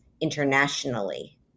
internationally